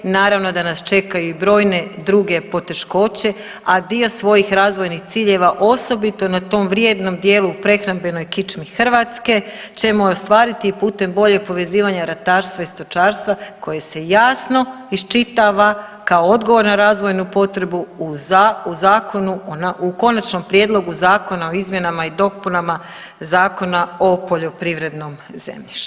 Naravno da nas čekaju brojne druge poteškoće, a dio svojih razvojnih ciljeva osobito na tom vrijednom dijelu prehrambenoj kičmi Hrvatske ćemo ostvariti i putem boljeg povezivanja ratarstva i stočarstva koje se javno iščitava kao odgovor na razvojnu potrebu u zakonu, u Konačnom prijedlogu zakona o izmjenama i dopunama Zakona o poljoprivrednom zemljištu.